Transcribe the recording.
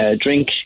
drink